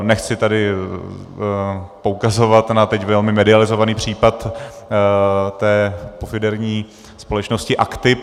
Nechci tady poukazovat na teď velmi medializovaný případ té pofidérní společnosti Aktip.